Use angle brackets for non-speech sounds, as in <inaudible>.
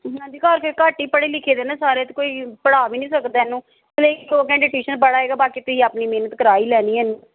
ਹਾਂਜੀ ਘਰ ਫੇਰ ਘੱਟ ਹੀ ਪੜ੍ਹੇ ਲਿਖੇ ਦੇ ਨਾ ਸਾਰੇ ਤੇ ਕੋਈ ਪੜ੍ਹਾ ਵੀ ਨਹੀਂ ਸਕਦਾ ਇਹਨੂੰ <unintelligible> ਦੋ ਘੰਟੇ ਟਿਊਸ਼ਨ ਪੜ੍ਹ ਆਵੇਗਾ ਬਾਕੀ ਤੁਸੀਂ ਆਪਣੀ ਮਿਹਨਤ ਕਰਾ ਹੀ ਲੈਣੀ ਹੈ ਇਹਨੂੰ